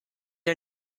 are